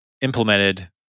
implemented